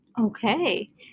Okay